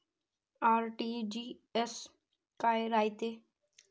RTGS काय रायते?